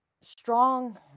strong